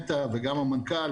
הסינית.